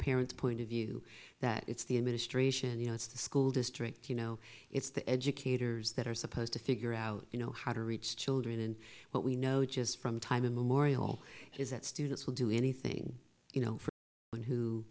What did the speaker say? parents point of view that it's the administration you know it's the school district you know it's the educators that are supposed to figure out you know how to reach children and what we know just from time immemorial is that students will do anything you know